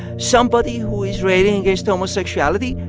somebody who is railing against homosexuality,